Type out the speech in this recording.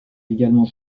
également